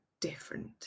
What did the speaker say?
different